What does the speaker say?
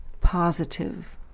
positive